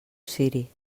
ciri